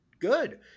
good